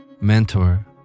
mentor